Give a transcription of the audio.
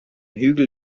hügel